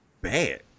bad